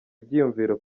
ibyiyumviro